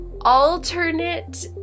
alternate